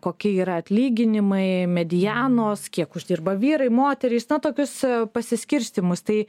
o kokie yra atlyginimai medianos kiek uždirba vyrai moterys na tokius pasiskirstymus tai